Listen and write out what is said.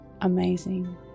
amazing